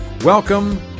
Welcome